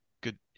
good